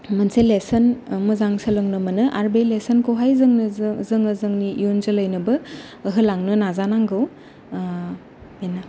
मोनसे लेसन मोजां सोलोंनो मोनो आरो बे लेसन खौहाय जोङो जोंनि इयुन जोलै नोबो होलांनो नाजानांगौ बेनो